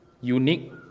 unique